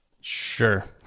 sure